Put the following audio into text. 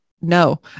no